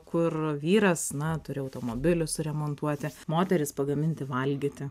kur vyras na turi automobilį suremontuoti moteris pagaminti valgyti